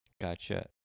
gotcha